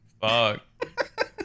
Fuck